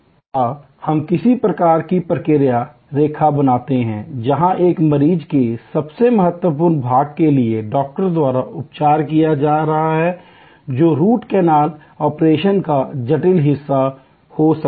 या हम किसी प्रकार की प्रक्रिया रेखा बनाते हैं जहां एक मरीज के सबसे महत्वपूर्ण भाग के लिए डॉक्टर द्वारा उपचार किया जा रहा है जो रूट कैनाल ऑपरेशन का जटिल हिस्सा हो सकता है